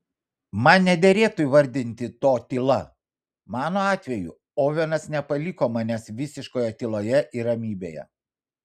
man nederėtų įvardinti to tyla mano atveju ovenas nepaliko manęs visiškoje tyloje ir ramybėje